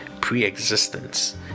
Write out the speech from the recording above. pre-existence